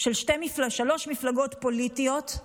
של שלוש מפלגות פוליטיות,